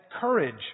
courage